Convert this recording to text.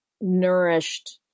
nourished